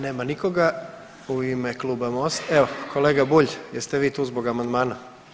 Nema nikoga, u ime kluba Mosta, evo kolega Bulj jeste vi tu zbog amandmana?